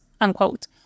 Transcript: unquote